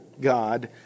God